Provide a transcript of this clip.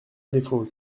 défaut